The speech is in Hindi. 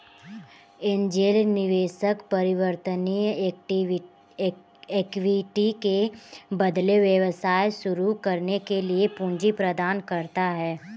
एंजेल निवेशक परिवर्तनीय इक्विटी के बदले व्यवसाय शुरू करने के लिए पूंजी प्रदान करता है